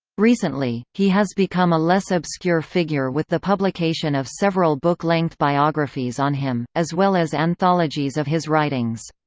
recently, he has become a less obscure figure with the publication of several book-length biographies on him, as well as anthologies of his writings.